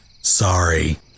sorry